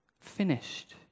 finished